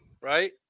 Right